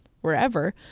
wherever